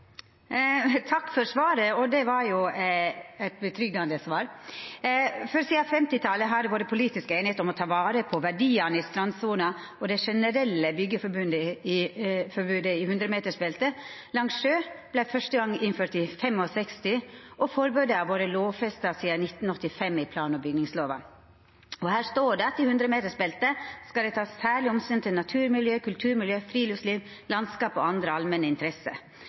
Takk for svaret. Det var eit svar som roar meg, for sidan 1950-talet har det vore politisk einigheit om å ta vare på verdiane i strandsona. Det generelle byggjeforbodet i 100-metersbeltet langs sjø vart første gong innført i 1965, og forbodet har vore lovfesta sidan 1985 i plan- og bygningslova. Her står det at i 100-metersbeltet skal det takast særleg omsyn til naturmiljø, kulturmiljø, friluftsliv, landskap og andre allmenne interesser.